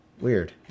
Weird